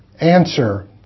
Answer